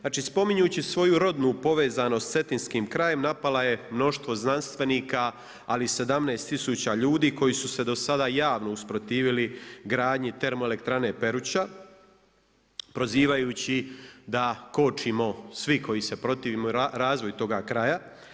Znači, spominjući svoju rodnu povezanost sa Cetinskim krajem napala je mnoštvo znanstvenika, ali i 17000 ljudi koji su se do sada javno usprotivili gradnji termoelektrane Peruča prozivajući da kočimo svi koji se protivimo razvoju toga kraja.